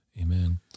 Amen